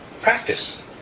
practice